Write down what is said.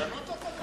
תשנו את התקנון.